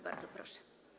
Bardzo proszę.